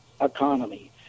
economy